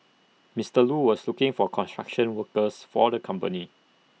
Mister Lu was looking for construction workers for the company